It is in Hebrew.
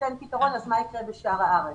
תיתן פתרון, מה יקרה ביתר חלקי ארץ?